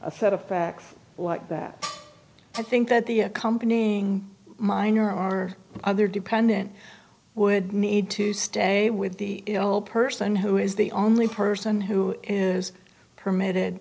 a set of facts like that i think that the accompanying miner or other dependent would need to stay with the old person who is the only person who is permitted